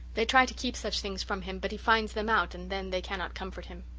they try to keep such things from him but he finds them out and then they cannot comfort him.